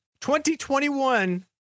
2021